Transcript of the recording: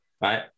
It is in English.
right